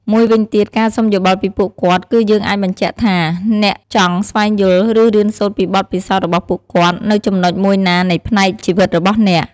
មួយវិញទៀត ការសុំយោបល់ពីពួកគាត់ គឺយើងអាចបញ្ជាក់ថា អ្នកចង់ស្វែងយល់ ឬរៀនសូត្រពីបទពិសោធន៍របស់ពួកគាត់ នៅចំណុចមួយណានៃផ្នែកជីវិតរបស់អ្នក។